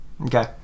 Okay